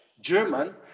German